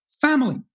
family